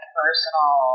personal